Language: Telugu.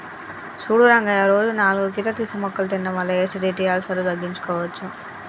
సూడు రంగయ్య రోజు నాలుగు కీరదోస ముక్కలు తినడం వల్ల ఎసిడిటి, అల్సర్ను తగ్గించుకోవచ్చు